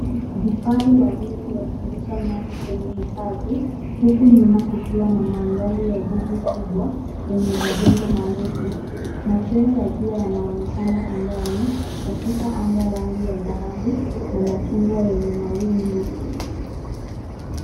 Vifaru wawili wakilisha nyasi kwenye hifadhi huku nyuma kukiwa na mandhari ya jiji kubwa lenye majengo marefu. Machweo ya jua yanaonekana angani, yakipa anga rangi ya dhahabu na machungwa yenye mawingu.